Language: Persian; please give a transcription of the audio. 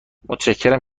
متشکرم